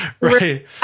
right